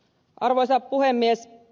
arvoisa puhemies